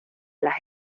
las